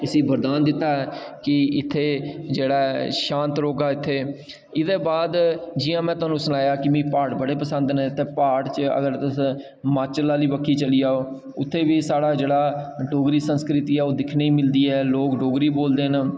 इसी बरदान दित्ता ऐ कि इत्थै जेह्ड़ा शांत रौह्गा इत्थै एह्दे बाद जि'या में थुहानूं सनाया मी प्हाड़ बड़े पसंद न इत्थै प्हाड़ च अगर तुस हिमाचल आह्ली बक्खी चली जाओ इत्थै बी साढ़ा जेह्ड़ा डोगरी संस्कृति ऐ ओह् दिक्खने ई मिलदी ऐ लोक डोगरी बोलदे न